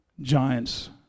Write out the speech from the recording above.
giants